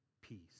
peace